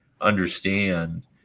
understand